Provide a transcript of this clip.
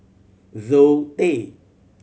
Zoe